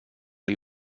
les